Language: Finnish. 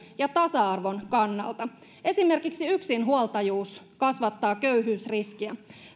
ja tasa arvon kannalta esimerkiksi yksinhuoltajuus kasvattaa köyhyysriskiä